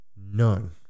none